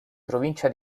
provincia